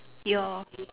your